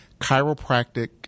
chiropractic